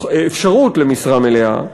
אפשרות למשרה מלאה,